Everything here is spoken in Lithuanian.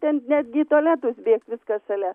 ten netgi į tualetus bėgt viskas šalia